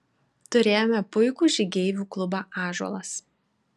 turėjome puikų žygeivių klubą ąžuolas